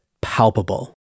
palpable